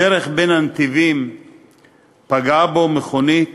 בדרך בין הנתיבים פגעה בו מכונית